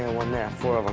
and one there. four